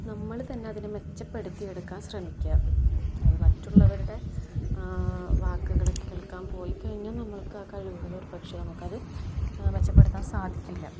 നമ്മൾ തന്നെ അതിനെ മെച്ചപ്പെടുത്തിയെടുക്കാൻ ശ്രമിക്കുക അല്ലാതെ മറ്റുള്ളവരുടെ വാക്കുകൾ കേൾക്കാൻ പോയിക്കഴിഞ്ഞാൽ നമ്മൾക്ക് ആ കഴിവുകൾ ഒരു പക്ഷെ നമുക്കത് മെച്ചപ്പെടുത്താൻ സാധിക്കില്ല